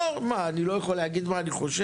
לא, מה, אני לא יכול להגיד מה אני חושב?